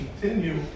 continue